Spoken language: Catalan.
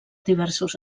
diversos